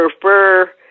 prefer